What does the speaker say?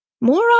more